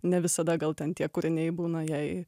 ne visada gal ten tie kūriniai būna jai